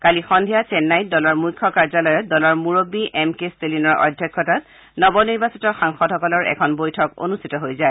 কালি সদ্ধিয়া চেন্নাইত দলৰ মুখ্য কাৰ্যালয়ত দলৰ মুৰববী এম কে ষ্টেলিনৰ অধ্যক্ষতাত নৱনিৰ্বাচিত সাংসদসকলৰ এখন বৈঠক অনুষ্ঠিত হৈ যায়